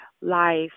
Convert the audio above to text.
life